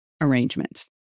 arrangements